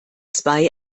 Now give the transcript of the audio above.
zwei